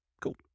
Cool